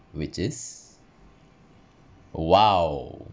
which is !wow!